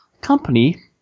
company